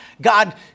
God